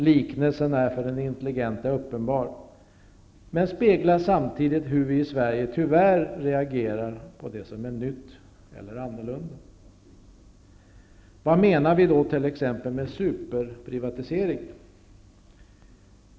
Liknelsen är för den intelligente uppenbar men speglar samtidigt hur vi i Sverige tyvärr reagerar på det som är nytt eller annorlunda. Vad menar vi t.ex. med superprivatisering?